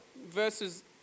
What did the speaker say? versus